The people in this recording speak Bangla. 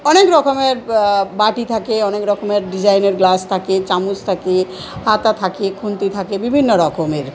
অনেক রকমের বাটি থাকে অনেক রকমের ডিজাইনের গ্লাস থাকে চামচ থাকে হাতা থাকে খুন্তি থাকে বিভিন্ন রকমের